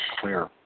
clear